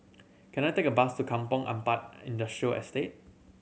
can I take a bus to Kampong Ampat Industrial Estate